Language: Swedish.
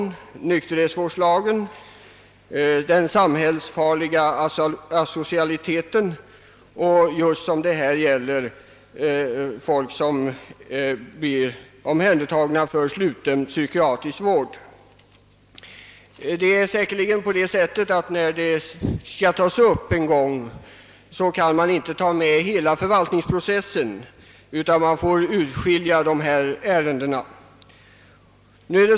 Jag tänker vidare på den samhällsfarliga asocialiteten och just det som denna fråga gäller, d.v.s. folk som blir omhändertagna för sluten psykiatrisk vård. När ärendet en gång skall tas upp, kan man säkerligen inte ta med hela förvaltningsprocessen, utan man får avskilja dessa ärenden.